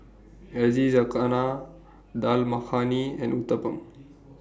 Yakizakana Dal Makhani and Uthapam